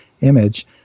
image